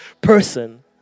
person